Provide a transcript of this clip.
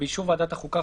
ובאישור ועדת החוקה,